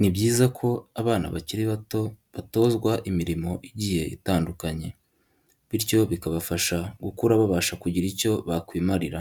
Ni byiza ko abana bakiri bato batozwa imirimo igiye itandukanye, bityo bikabafasha gukura babasha kugira icyo bakwimarira.